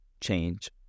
change